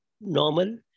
normal